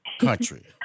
country